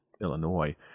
Illinois